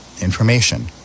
information